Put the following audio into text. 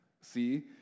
see